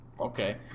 okay